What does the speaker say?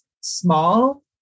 small